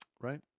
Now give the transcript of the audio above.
right